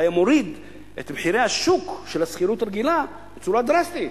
זה היה מוריד את מחירי השוק של השכירות הרגילה בצורה דרסטית,